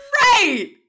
Right